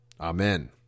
Amen